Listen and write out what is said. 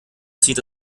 zieht